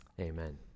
Amen